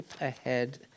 ahead